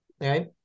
right